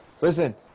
Listen